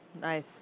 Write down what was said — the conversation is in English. Nice